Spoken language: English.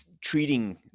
treating